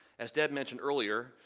as deb mentioned earlier,